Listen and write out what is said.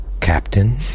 Captain